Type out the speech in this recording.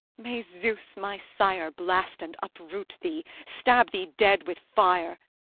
may zeus, my sire, blast and uproot thee! stab thee dead with fire!